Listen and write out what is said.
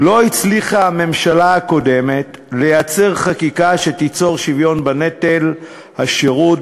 לא הצליחה הממשלה הקודמת לייצר חקיקה שתיצור שוויון בנטל השירות,